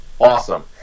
awesome